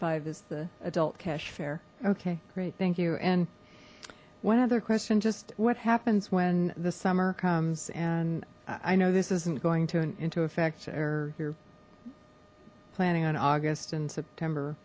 five is the adult cash fair okay great thank you and one other question just what happens when the summer comes and i know this isn't going to into effect or you're planning on august and september